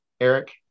Eric